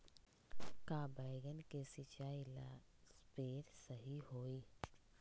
का बैगन के सिचाई ला सप्रे सही होई?